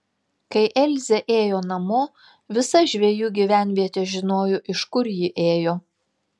kai elzė ėjo namo visa žvejų gyvenvietė žinojo iš kur ji ėjo